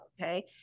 okay